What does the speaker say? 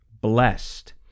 blessed